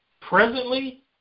presently